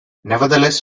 nevertheless